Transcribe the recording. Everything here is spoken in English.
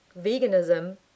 veganism